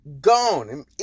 gone